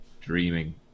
dreaming